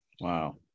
Wow